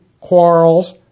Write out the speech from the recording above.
quarrels